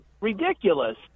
ridiculous